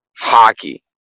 hockey